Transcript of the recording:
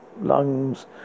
lungs